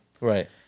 Right